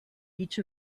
each